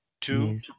Two